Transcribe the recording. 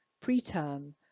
preterm